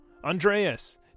Andreas